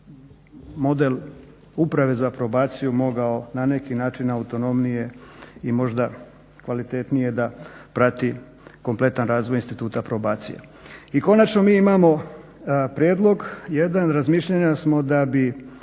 model uprave za probaciju mogao na neki način autonomnije i možda kvalitetnije da prati kompletan razvoj instituta probacije. I konačno, mi imamo prijedlog jedan, razmišljanja smo da bi